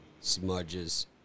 smudges